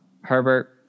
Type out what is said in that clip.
Herbert